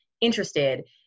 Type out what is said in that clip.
interested